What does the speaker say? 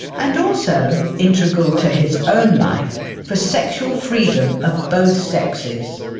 and also, integral to his own life, for sexual freedom of both sexes.